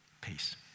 Peace